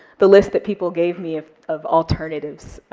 the list that people gave me of of alternatives